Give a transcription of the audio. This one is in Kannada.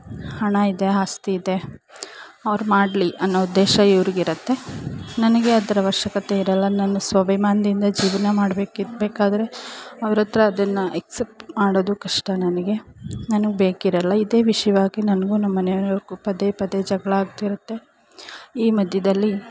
ಹಣ ಇದೆ ಆಸ್ತಿ ಇದೆ ಅವ್ರು ಮಾಡಲಿ ಅನ್ನೋ ಉದ್ದೇಶ ಇವ್ರಿಗಿರುತ್ತೆ ನನಗೆ ಅದ್ರ ಅವಶ್ಯಕತೆ ಇರೋಲ್ಲ ನನ್ನ ಸ್ವಾಭಿಮಾನ್ದಿಂದ ಜೀವನ ಮಾಡ್ಬೇಕು ಇದುಬೇಕಾದ್ರೆ ಅವ್ರ ಹತ್ರ ಅದನ್ನು ಎಕ್ಸೆಪ್ಟ್ ಮಾಡೋದು ಕಷ್ಟ ನನಗೆ ನನ್ಗೆ ಬೇಕಿರೋಲ್ಲ ಇದೇ ವಿಷಯವಾಗಿ ನನಗೂ ನನ್ನ ಮನೆಯವ್ರಿಗೂ ಪದೇ ಪದೇ ಜಗಳ ಆಗ್ತಿರುತ್ತೆ ಈ ಮಧ್ಯದಲ್ಲಿ